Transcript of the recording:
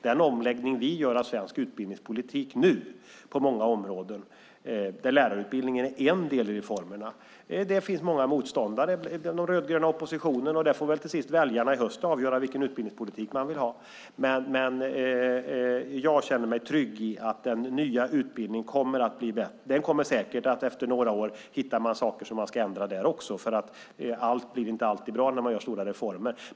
Den omläggning av svensk utbildningspolitik som vi nu gör på många områden, där lärarutbildningen är en del i reformerna, finns det många motståndare mot, bland annat den rödgröna oppositionen. Väljarna får väl i höst avgöra vilken utbildningspolitik man vill ha. Jag känner mig trygg med att den nya utbildningen kommer att bli bättre. Efter några år hittar man säkert saker som ska ändras där också, för allt blir inte alltid bra när man gör stora reformer.